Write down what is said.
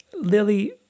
Lily